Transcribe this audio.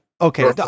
Okay